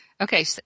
okay